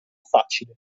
facile